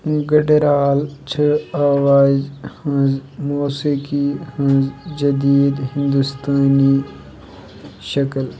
گٹرال چھِ آوازِ ہِنٛز موسیقی ہٕنٛز جٔدیٖد ہندوستٲنی شکٕل